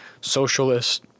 socialist